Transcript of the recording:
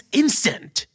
instant